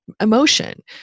emotion